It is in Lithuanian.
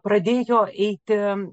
pradėjo eiti